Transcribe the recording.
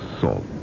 salt